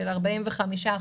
של 45%,